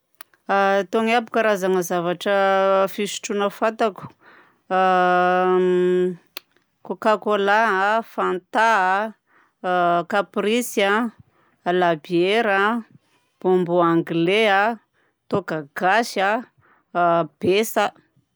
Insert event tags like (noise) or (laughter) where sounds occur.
Tony aby karazagna zavatra fisotroagna fantako: (hesitation) Cocacola a, fanta a, caprice a, labiera a, bonbon anglais a, tôka gasy a, (hesitation) besa.